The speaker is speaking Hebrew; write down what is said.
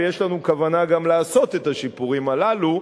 ויש לנו גם כוונה לעשות את השיפורים הללו,